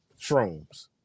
shrooms